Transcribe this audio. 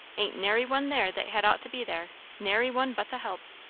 ain't nary one there that had ought to be there nary one but the help.